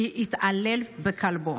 כי התעלל בכלבו.